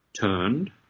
turned